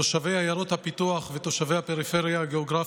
תושבי עיירות הפיתוח ותושבי הפריפריה הגיאוגרפית,